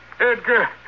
Edgar